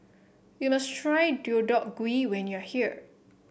you must try Deodeok Gui when you are here